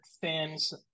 fans